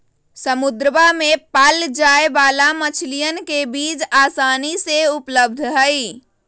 समुद्रवा में पाल्ल जाये वाला मछलीयन के बीज आसानी से उपलब्ध हई